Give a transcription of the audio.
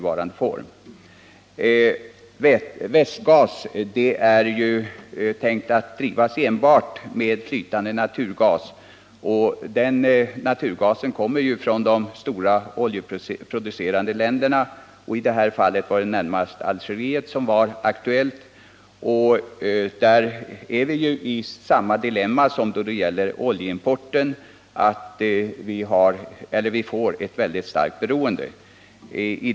Västgas är tänkt att drivas enbart med flytande naturgas. Den naturgasen kommer från de stora oljeproducerande länderna. I detta fall är närmast Algeriet aktuellt. Därigenom befinner vi oss i samma dilemma som när det gäller oljeimporten: vi får ett väldigt starkt beroende.